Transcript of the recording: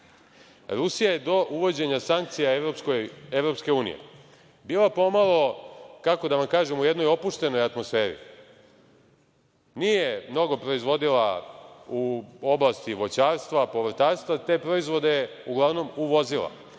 Rusija je do uvođenja sankcija EU bila pomalo, kako da vam kažem, u jednoj opuštenoj atmosferi. Nije mnogo proizvodila u oblasti voćarstva. Te proizvode je uglavnom uvozila.